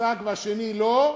מועסק והשני לא,